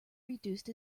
reduced